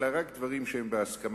אלא רק דברים שהם בהסכמה.